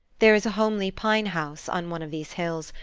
there is a homely pine house, on one of these hills,